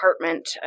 apartment